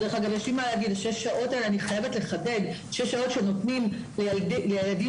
אני חייבת לחדד ולומר ש-6 השעות שנותנים לילדים